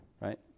right